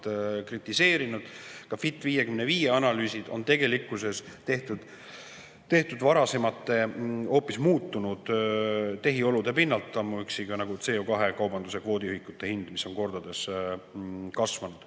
kritiseerinud. Ka "Fit for 55" analüüsid on tegelikkuses tehtud varasemate, hoopis muutunud tehiolude pinnalt, nagu ka CO2kaubanduse kvoodiühikute hind, mis on kordades kasvanud.